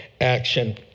action